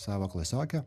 savo klasioke